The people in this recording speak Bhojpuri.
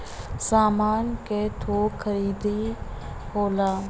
सामान क थोक खरीदी होला